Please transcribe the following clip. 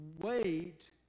wait